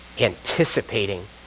anticipating